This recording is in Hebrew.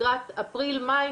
לקראת אפריל-מאי,